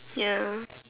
ya